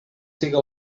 siga